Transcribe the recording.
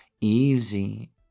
Easy